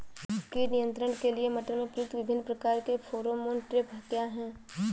कीट नियंत्रण के लिए मटर में प्रयुक्त विभिन्न प्रकार के फेरोमोन ट्रैप क्या है?